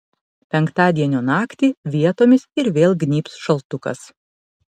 penktadienio naktį vietomis ir vėl gnybs šaltukas